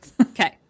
Okay